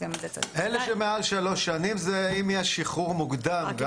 אלה שמעל שלוש שנים זה אם יהיה שחרור מוקדם גם,